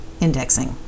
indexing